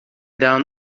down